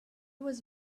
was